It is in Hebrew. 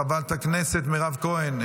חברת הכנסת מירב כהן,